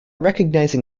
recognizing